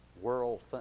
world